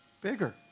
bigger